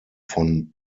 von